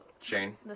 shane